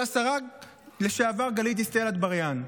של השרה לשעבר גלית דיסטל אטבריאן.